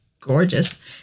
gorgeous